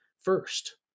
first